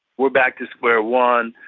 we're back to square one.